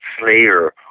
Slayer